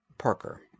Parker